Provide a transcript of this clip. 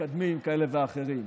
מתקדמים כאלה ואחרים.